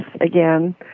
again